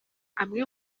amwe